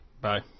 Bye